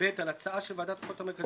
בחרתי לי ערוץ אחד להתמקד